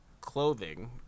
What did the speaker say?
clothing